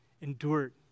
endured